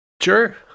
Sure